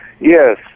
Yes